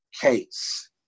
case